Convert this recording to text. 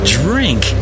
drink